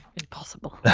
impossible